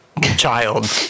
child